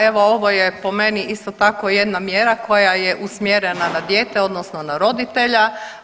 Evo ovo je po meni isto tako jedna mjera koja je usmjerena na dijete odnosno na roditelja.